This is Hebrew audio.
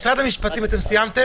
משרד המשפטים סיימו?